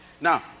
Now